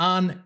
on